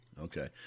okay